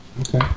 Okay